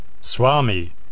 Swami